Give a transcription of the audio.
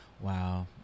wow